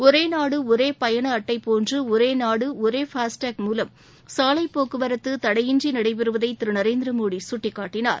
ஒரே நாடு ஒரே பயண அட்டை போன்று ஒரே நாடு ஒரே ஃபாஸ்டாக் மூலம் சாலை போக்குவரத்து தடையின்றி நடைபெறுவதை திரு நரேந்திரமோடி சுட்டிக்காட்டினார்